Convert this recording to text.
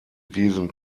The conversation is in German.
diesen